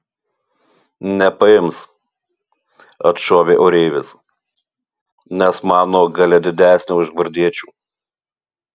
nepaims atšovė oreivis nes mano galia didesnė už gvardiečių